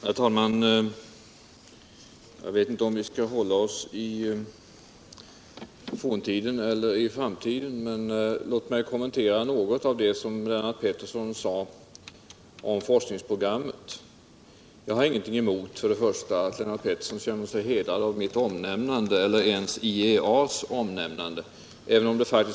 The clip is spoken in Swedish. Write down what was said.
Herr talman! Jag vet inte om vi skall hålla oss i forntiden eller i framtiden, men låt mig kommentera något av det som Lennart Pettersson sade om forskningsprogrammet. Jap har för det första ingenting emot att Lennart Pettersson känner sig hedrad av mitt omnämnande. Jag har inte ens någonting emot att han känner sig hedrad av IEA:s omnämnande.